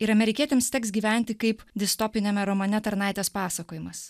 ir amerikietėms teks gyventi kaip distopiniame romane tarnaitės pasakojimas